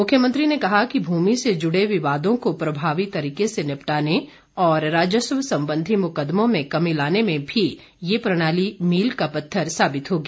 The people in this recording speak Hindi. मुख्यमंत्री ने कहा कि भूमि से जुड़े विवादों को प्रभावी तरीके से निपटाने और राजस्व संबंधी मुकद्दमों में कमी लाने में भी ये प्रणाली मील का पत्थर साबित होगी